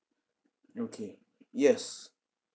okay yes